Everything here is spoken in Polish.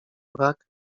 brak